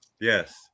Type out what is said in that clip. Yes